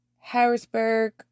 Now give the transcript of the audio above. Harrisburg